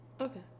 Okay